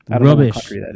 Rubbish